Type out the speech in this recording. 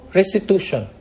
restitution